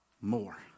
More